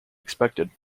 expected